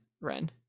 Ren